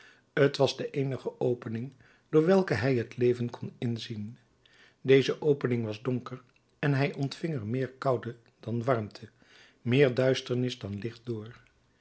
t was de eenige opening door welke hij het leven kon inzien deze opening was donker en hij ontving er meer koude dan warmte meer duisternis dan licht door